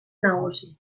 nagusi